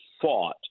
fought